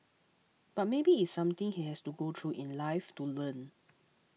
but maybe it is something he has to go through in life to learn